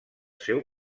seu